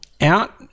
out